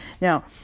Now